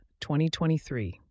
2023